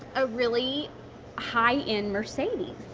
a really high-end mercedes.